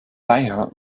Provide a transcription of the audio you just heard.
war